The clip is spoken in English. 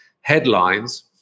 headlines